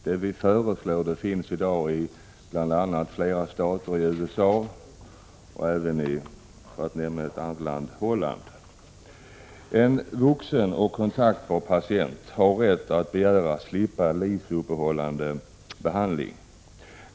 Det som vi föreslagit finns redan i flera delstater i USA och även i Holland. En vuxen och kontaktbar patient har rätt att begära att slippa livsuppehållande behandling.